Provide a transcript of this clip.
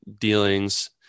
dealings